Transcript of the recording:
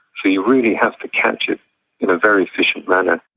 so you really have to catch it in a very efficient manner.